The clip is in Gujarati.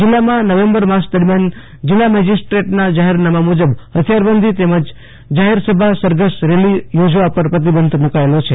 જીલ્લામાં નવેમ્બર માસ દરમિયાન જીલ્લા મેજીસ્ટ્રેટના જાહેરનામાં મુજબ હથિયારબાંધી તેમજ જાહેર સભા સરઘસ રેલી યોજવા પર પ્રતિબંધ મુકાયેલો છે